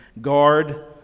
Guard